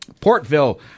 Portville